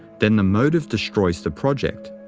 then the motive destroys the project.